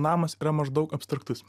namas yra maždaug abstraktus